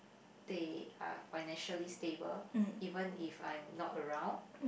they are financially stable even if I'm not around